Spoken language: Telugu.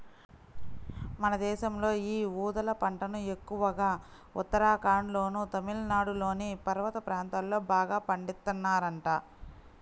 మన దేశంలో యీ ఊదల పంటను ఎక్కువగా ఉత్తరాఖండ్లోనూ, తమిళనాడులోని పర్వత ప్రాంతాల్లో బాగా పండిత్తన్నారంట